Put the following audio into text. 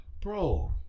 Bro